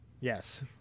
Yes